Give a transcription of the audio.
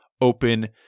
Open